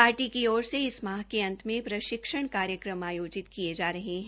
party की ओर से इस माह के अंत में प्रशिक्षण कार्यक्रम आयोजित किये जा रहे है